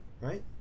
Right